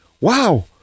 wow